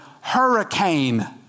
hurricane